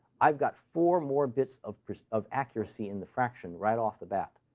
i've got four more bits of of accuracy in the fraction right off the bat.